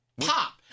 pop